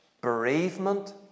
bereavement